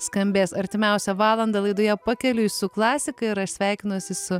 skambės artimiausią valandą laidoje pakeliui su klasika ir aš sveikinusi su